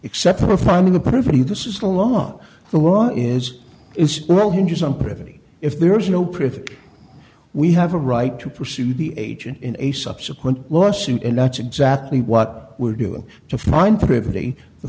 except for finding a property this is the law the law is is well hinges on pretty if there is no proof we have a right to pursue the agent in a subsequent lawsuit and that's exactly what we're doing to find privity the